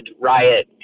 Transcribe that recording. riot